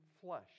flesh